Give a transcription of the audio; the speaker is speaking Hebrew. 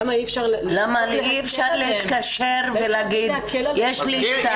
למה אי-אפשר --- למה אי-אפשר להתקשר ולהגיד יש לי צו?